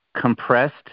compressed